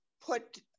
put